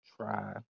try